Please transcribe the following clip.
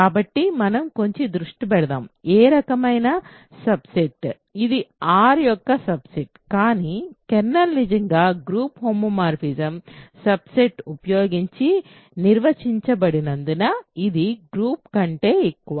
కాబట్టి మనం కొంచెం దృష్టి పెడదాం ఏ రకమైన సబ్ సెట్ ఇది R యొక్క సబ్ సెట్ కానీ కెర్నల్ నిజంగా గ్రూప్ హోమోమార్ఫిజం సబ్ సెట్ ఉపయోగించి నిర్వచించబడినందున ఇది సబ్ గ్రూప్ కంటే ఎక్కువ